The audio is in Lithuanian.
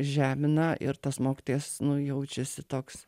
žemina ir tas mokytojas nu jaučiasi toks